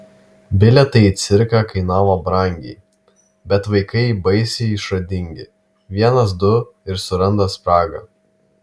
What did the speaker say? bilietai į cirką kainavo brangiai bet vaikai baisiai išradingi vienas du ir suranda spragą